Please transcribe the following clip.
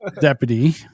deputy